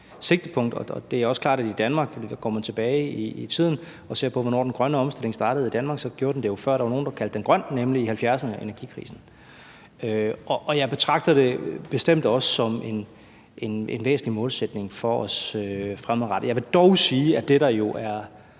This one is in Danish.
sigtepunkt, og det er også klart, at hvis man går tilbage i tiden og ser på, hvornår den grønne omstilling startede i Danmark, så gjorde den det jo, før der var nogen, der kaldte den grøn, nemlig i 1970'erne under energikrisen. Og jeg betragter det bestemt også som en væsentlig målsætning for os fremadrettet. Jeg vil dog sige, at det, der jo er